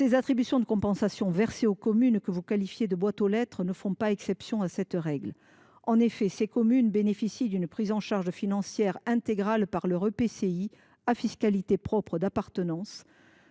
Les attributions de compensation versées aux communes que vous qualifiez de boîtes aux lettres ne font pas exception à cette règle : ces communes bénéficient d’une prise en charge financière intégrale par l’EPCI à fiscalité propre d’appartenance